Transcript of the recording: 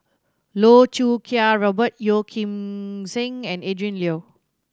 Loh Choo Kiat Robert Yeoh Ghim Seng and Adrin Loi